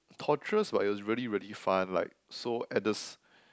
torturous but it was really really fun like so at the